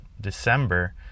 December